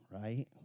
right